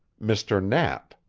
mr. knapp.